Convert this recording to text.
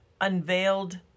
unveiled